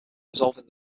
resolving